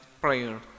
prayer